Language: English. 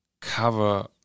cover